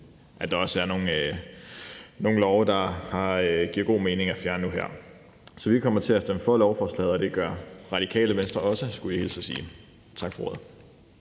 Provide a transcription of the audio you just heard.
at der også er nogle love, som det giver god mening at fjerne nu og her. Så vi kommer til at stemme for lovforslaget, og det gør Radikale Venstre også, skulle jeg hilse at sige. Kl. 13:37 Den